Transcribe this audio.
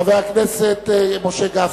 חבר הכנסת משה גפני.